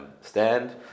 Stand